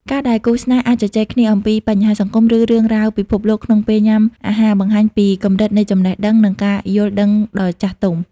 ការដែលគូស្នេហ៍អាចជជែកគ្នាអំពីបញ្ហាសង្គម ឬរឿងរ៉ាវពិភពលោកក្នុងពេលញ៉ាំអាហារ បង្ហាញពីកម្រិតនៃចំណេះដឹង និងការយល់ដឹងដ៏ចាស់ទុំ។